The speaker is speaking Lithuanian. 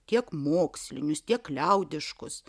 tiek mokslinius tiek liaudiškus